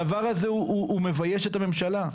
הדבר הזה הוא מבייש את הממשלה.